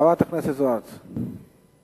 חברת הכנסת אורית זוארץ,